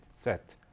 set